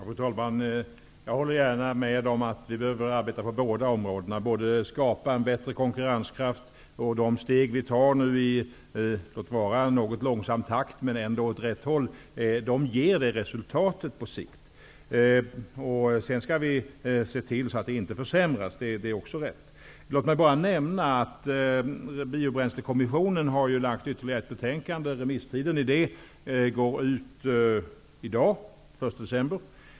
Fru talman! Jag håller gärna med om att vi behöver arbeta på båda områden. Vi måste skapa förutsättningar för en bättre konkurrenskraft. De steg som vi nu tar, låt vara i något långsam takt men ändå åt rätt håll, ger det resultatet på sikt. Sedan skall vi se till att konkurrensen inte försämras. Det är riktigt. Låt mig bara nämna att Biobränslekommissionen har lagt fram ytterligare ett betänkande. Remisstiden går ut i dag, den 1 december.